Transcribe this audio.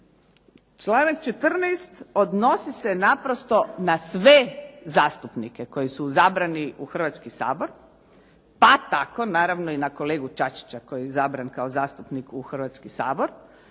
Članak 14. odnosi se naprosto na sve zastupnike koji su izabrani u Hrvatski sabor, pa tako naravno i na kolegu Čačića koji je izabran kao zastupnik u Hrvatski sabor